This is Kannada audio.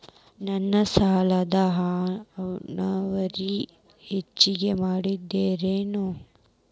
ನನ್ನ ಸಾಲದ ಅವಧಿ ಹೆಚ್ಚಿಗೆ ಮಾಡ್ತಿರೇನು?